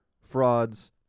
frauds